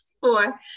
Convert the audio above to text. four